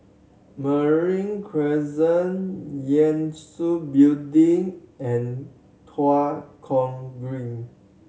Marine Crescent Yangtze Building and Tua Kong Green